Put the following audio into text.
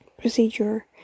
procedure